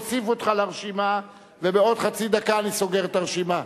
אני מוסיף אותך לרשימה ובעוד חצי דקה אני סוגר את הרשימה.